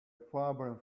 problem